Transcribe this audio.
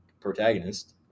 protagonist